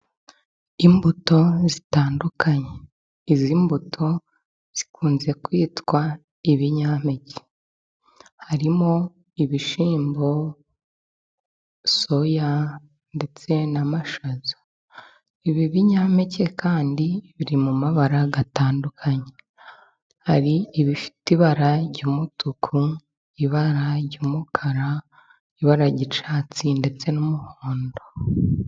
Imbuto zitandukanye izi mbuto zikunze kwitwa ibinyampeke harimo: ibishyimbo, soya ndetse n'amashaza. Ibi binyampeke kandi biri mu mabara atandukanye hari ibifite ibara ry'umutuku, ibara ry'umukara, ibara ry'icyatsi ndetse n'umuhondo.